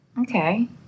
Okay